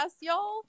y'all